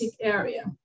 area